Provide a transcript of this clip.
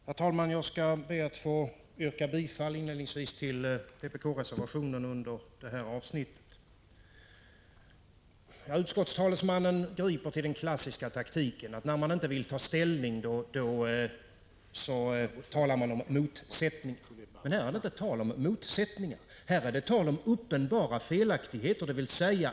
Herr talman! Inledningsvis ber jag att få yrka bifall till vpk-reservationen under detta avsnitt. Utskottets talesman griper till den klassiska taktiken: när man inte vill ta ställning talar man om motsättningar. Men här är det inte fråga om motsättningar utan om uppenbara felaktigheter.